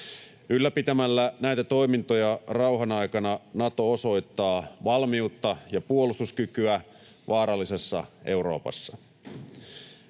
Ylläpitämällä näitä toimintoja rauhan aikana Nato osoittaa valmiutta ja puolustuskykyä vaarallisessa Euroopassa.